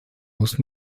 muss